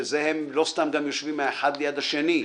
ולא סתם הם יושבים אחד ליד שני.